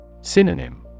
Synonym